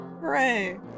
Hooray